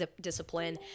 discipline